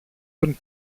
τον